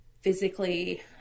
physically –